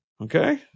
okay